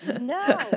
No